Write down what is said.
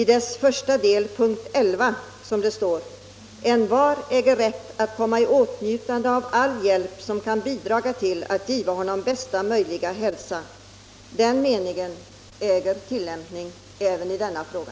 I dess första del, p. 11, står det: ”Envar äger rätt att komma i åtnjutande av all hjälp som kan bidraga till att giva honom bästa möjliga hälsa.” Den meningen äger tillämpning även i denna fråga.